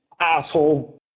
asshole